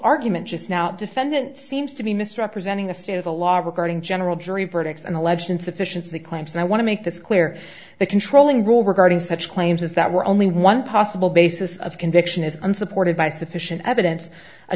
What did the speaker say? argument just now defendant seems to be misrepresenting the state of the law regarding general jury verdicts and alleged insufficiency claims and i want to make this clear the controlling rule regarding such claims is that we're only one possible basis of conviction is unsupported by sufficient evidence a